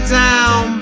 down